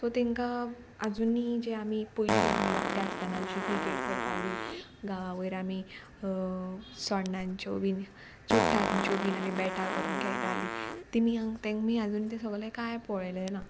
so तांकां आजुनी जे आमी पयलीं आमी धाकटें आसतना जशीं क्रिकेट खेळटालीं गांवा वयर आमी सोणांच्यो बीन चुडटांच्यो बीन आमी बॅटा करून खेळटालीं तेमी हांगा तेमी आजूनी तें सगलें कांय पळयलें ना